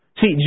See